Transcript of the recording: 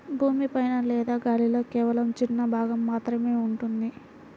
భూమి పైన లేదా గాలిలో కేవలం చిన్న భాగం మాత్రమే ఉంటుంది